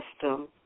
system